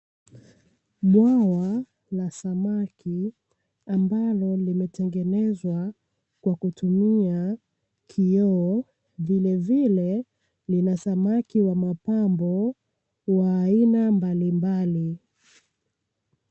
Bwawa la samaki ambalo limetengenezwa kwa kutumia kioo, vilevile lina samaki wa mapambo wa aina mbalimbali.